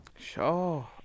Sure